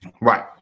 right